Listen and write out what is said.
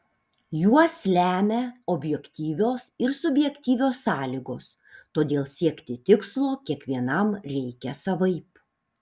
juos lemia objektyvios ir subjektyvios sąlygos todėl siekti tikslo kiekvienam reikia savaip